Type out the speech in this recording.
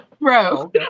bro